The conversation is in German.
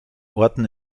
orten